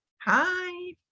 Hi